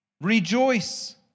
Rejoice